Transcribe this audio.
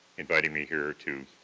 inviting me here to,